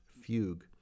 fugue